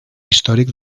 històric